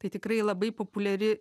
tai tikrai labai populiari